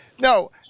No